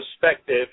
perspective